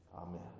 Amen